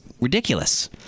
ridiculous